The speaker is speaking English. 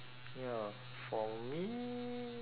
ya for me